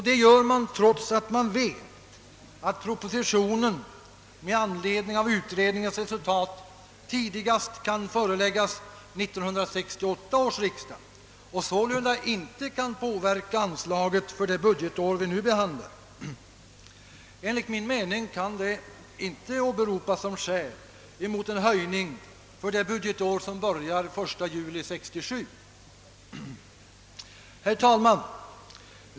Detta gör man trots att man vet att proposition med anledning av utredningens resultat kan föreläggas riksdagen tidigast år 1968 och sålunda inte kan påverka anslaget för det budgetår vi nu behandlar. Enligt min mening kan utredningen därför inte åberopas som skäl mot en höjning för det budgetår som börjar den 1 juli 1967. Herr talman!